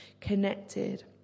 connected